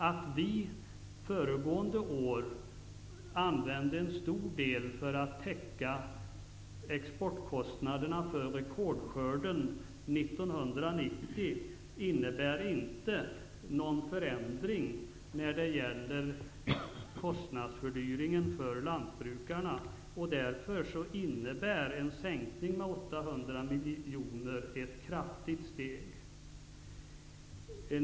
Att vi föregående år använde en stor del för att täcka exportkostnaderna för rekordskörden 1990 innebär inte någon förändring när det gäller kostnadsfördyringen för lantbrukarna. Därför innebär en sänkning med 800 miljoner kronor ett kraftigt steg.